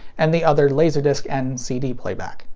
and the other laserdisc and cd playback.